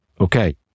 Okay